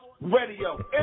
Radio